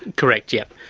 correct, yeah.